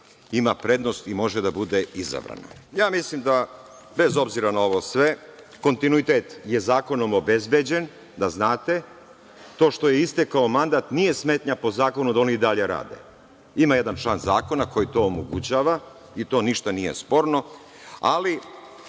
imaju prednost i mogu da budu izabrani. Mislim da bez obzira na sve ovo kontinuitet je zakonom obezbeđen, da znate, to što je istekao mandat nije smetnja po zakonu da oni i dalje rade. Ima jedan član zakona koji to omogućava i to ništa nije sporno, ali